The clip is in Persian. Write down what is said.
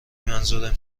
منظورم